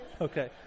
okay